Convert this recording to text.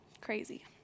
crazy